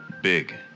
Big